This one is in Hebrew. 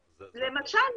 למשל.